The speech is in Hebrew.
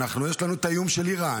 יש לנו היום את האיום של איראן,